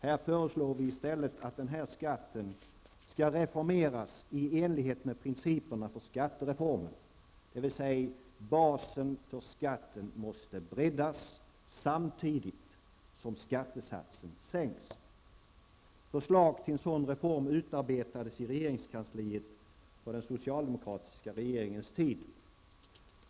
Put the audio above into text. Här föreslår vi i stället att denna skatt skall reformeras i enlighet med principerna för skattereformen, dvs. basen för skatten måste breddas samtidigt som skattesatsen sänks. Förslag till en sådan reform utarbetades i regeringskansliet på den socialdemokratiska regeringens tid.